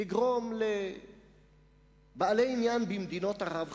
לגרום לבעלי עניין במדינות ערב,